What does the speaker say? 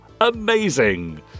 amazing